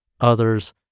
others